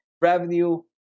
Revenue